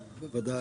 ודאי.